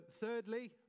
Thirdly